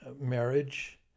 marriage